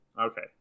Okay